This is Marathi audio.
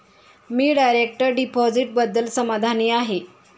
मी डायरेक्ट डिपॉझिटबद्दल समाधानी आहे